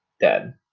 Dead